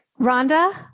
Rhonda